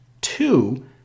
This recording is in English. Two